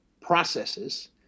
processes